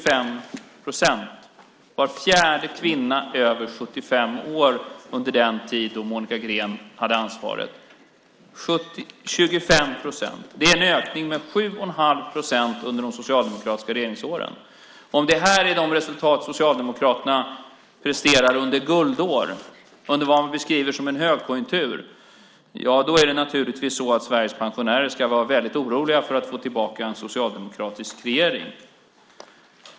Det gällde var fjärde kvinna över 75 år, 25 procent, under den tid Monica Green hade ansvaret. Det är en ökning med 7 1⁄2 procent under de socialdemokratiska regeringsåren. Om det är de resultat som Socialdemokraterna presterar under guldår och vad man beskriver som en högkonjunktur ska Sveriges pensionärer naturligtvis vara väldigt oroliga för att få tillbaka en socialdemokratisk regering.